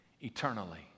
eternally